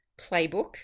playbook